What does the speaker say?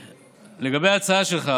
לגבי ההצעה שלך.